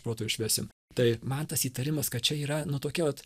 proto išvesim tai man tas įtarimas kad čia yra nu tokia vat